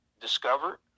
discovered